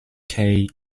kaye